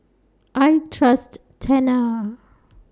I Trust Tena